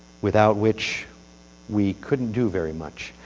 without which we couldn't do very much.